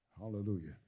Hallelujah